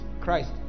Christ